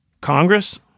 Congress